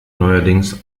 neuerdings